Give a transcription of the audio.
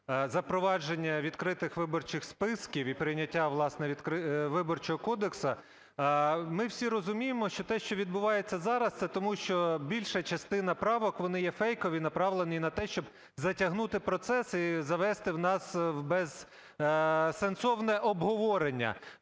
запровадження відкритих виборчих списків і прийняття, власне, Виборчого кодексу. Ми всі розуміємо, що те, що відбувається зараз, це тому, що більша частина правок, вони є фейкові і направлені на те, щоб затягнути процес і завести нас в безсенсовне обговорення.